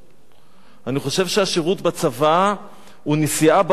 אני חושב שהשירות בצבא הוא נשיאה בעול עם חברו,